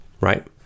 right